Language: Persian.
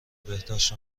بهداشت